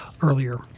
earlier